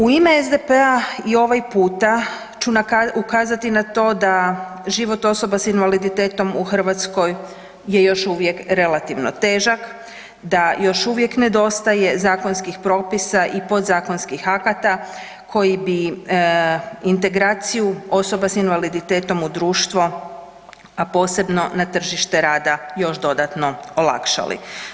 U ime SDP-a i ovaj puta ću ukazati na to da život osoba s invaliditetom u Hrvatskoj je još uvijek relativno težak, da još uvijek nedostaje zakonskih propisa i podzakonskih akata koji bi integraciju osoba s invaliditetom u društvo, a posebno na tržište rada još dodatno olakšali.